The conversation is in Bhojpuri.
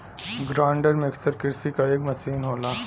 ग्राइंडर मिक्सर कृषि क एक मसीन होला